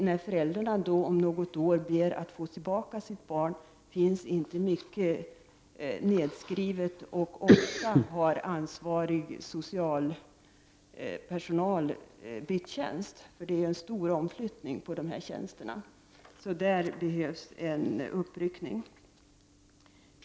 När föräldrarna efter något år ber att få tillbaka sitt barn finns det inte mycket nedskrivet, och ofta har den ansvariga socialpersonalen bytt tjänster, eftersom det är en stor omflyttning på dessa tjänster. På detta område behövs det därför en uppryckning.